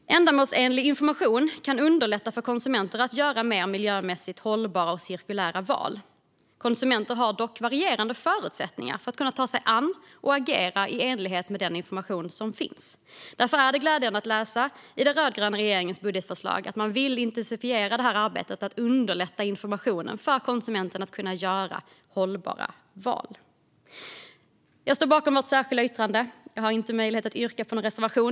Ändamålsenlig information kan underlätta för konsumenter att göra mer miljömässigt hållbara och cirkulära val. Konsumenter har dock varierande förutsättningar att ta till sig och agera i enlighet med informationen. Därför är det glädjande att vi i den rödgröna regeringens budgetförslag kan läsa att man vill intensifiera arbetet med att underlätta informationen för konsumenterna så att de kan göra hållbara val. Jag står bakom vårt särskilda yttrande. Jag har inte möjlighet att yrka bifall till någon reservation.